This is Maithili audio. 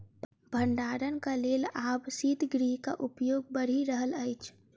भंडारणक लेल आब शीतगृहक उपयोग बढ़ि रहल अछि